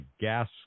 gas